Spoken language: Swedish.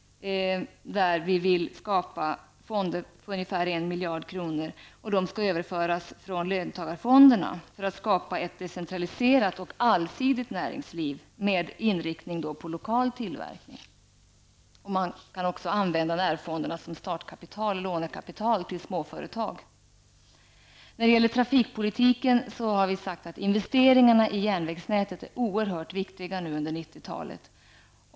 Vi vill skapa fonder på ungefär 1 miljard kronor. Dessa pengar skall överföras från löntagarfonderna för att skapa ett decentraliserat och allsidigt näringsliv med inriktning på lokal tillverkning. Dessa närfonder skall också kunna användas som startkapital, lånekapital, till småföretag. När det gäller trafikpolitiken har vi sagt att investeringarna i järnvägsnätet är oerhört viktiga under 90-talet.